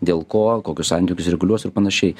dėl ko kokius santykius reguliuos ir panašiai